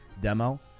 demo